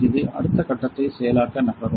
இது அடுத்த கட்டத்தை செயலாக்க நகரும்